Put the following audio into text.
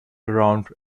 around